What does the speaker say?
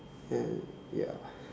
and ya